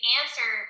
answer